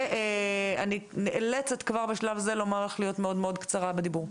אני נאלצת בשלב זה לומר לך להיות מאוד קצרה בדיבור.